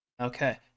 Okay